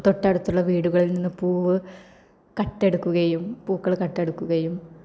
തൊട്ടടുത്തുള്ള വീടുകളിൽ നിന്ന് പൂവ് കട്ടെടുക്കുകയും പൂക്കൾ കട്ടെടുക്കുകയും